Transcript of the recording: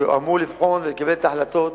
אמור לבחון ולקבל את ההחלטות